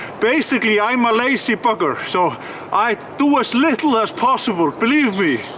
basically i'm a lazy bugger. so i do as little as possible. believe me!